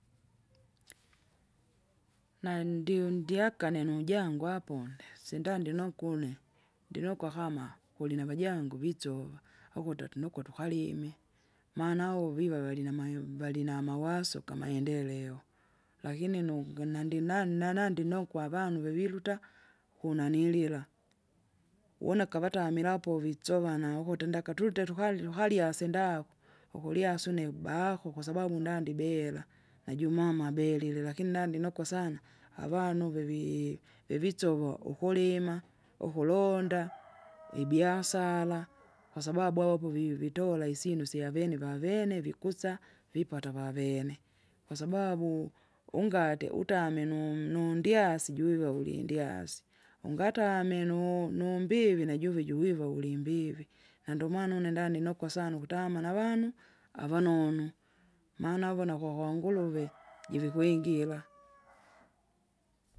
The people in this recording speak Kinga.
nandiundya kane nujangu aponde, sindandi nokune, ndinokwa kama, kulinavajangu vitsuva, ukuti atinono tukalime, maana uviva valinamayo valinamawaso kamaendeleo. Lakini nukinandi na nanandi nokwa avandu vaviluta, kunanilila, une akavatamila povitsova na ukuti ndaka twite tukali tuharya sindavu, ukulyasi une bahu kwasababu nandibera, najumama abelile lakini nandinokwa sana avanu uvevii vivitsovo ukulima, ukulonda, ibiasara, kwasabau awapo vi- vitola isyinu syavene vavene vikusa, vipata vavene. Kwasababu, ungate utame nu- nundyasi juiva ulindyasi, ungatame nu- numbivi najuve juiva ulimbivi, nandomana une nda ndinokwa sana ukutama navanu? Avanonu, maana avona kwakwanguruve, jive, kwingiva.